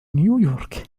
نيويورك